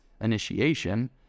initiation